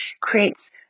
creates